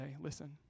Listen